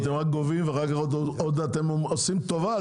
אתם רק גובים ועוד אתם עושים טובה.